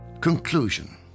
Conclusion